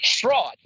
fraud